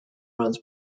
run